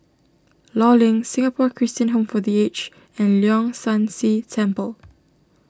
Law Link Singapore Christian Home for the Aged and Leong San See Temple